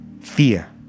Fear